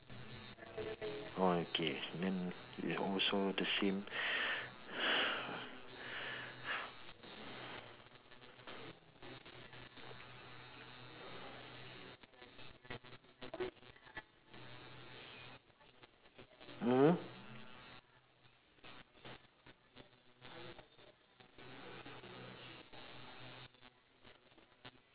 oh okay then we are almost all the same